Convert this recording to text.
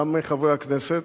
גם חברי הכנסת,